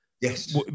Yes